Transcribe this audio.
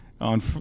on